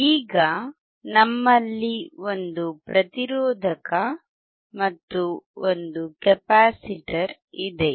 ಈಗ ನಮ್ಮಲ್ಲಿ ಒಂದು ಪ್ರತಿರೋಧಕ ಮತ್ತು ಒಂದು ಕೆಪಾಸಿಟರ್ ಇದೆ